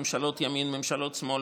ממשלות ימין,